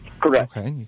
Correct